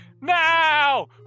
now